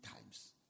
times